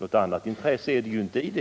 Något annat intresse ligger det inte i det.